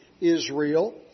Israel